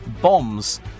bombs